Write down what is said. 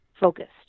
focused